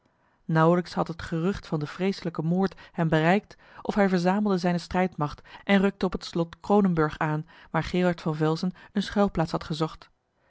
nauwelijks had het gerucht van den vreeselijken moord hem bereikt of hij verzamelde zijne strijdmacht en rukte op het slot kroonenburg aan waar gerard van velzen eene schuilplaats had gezocht